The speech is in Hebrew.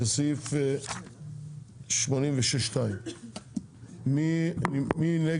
זה סעיף 86 2. הצבעה